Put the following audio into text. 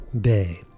Day